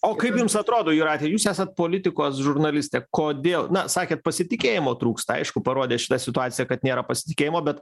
o kaip jums atrodo jūrate jūs esat politikos žurnalistė kodėl na sakėt pasitikėjimo trūksta aišku parodė šita situacija kad nėra pasitikėjimo bet